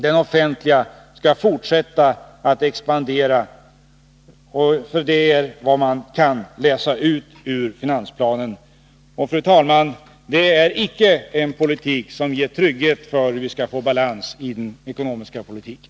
Den offentliga skall fortsätta att expandera. Det är vad man kan läsa ut av finansplanen. Fru talman! Det är icke en politik som skapar trygghet i fråga om hur vi skall kunna få balans i den ekonomiska politiken.